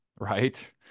right